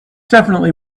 definitely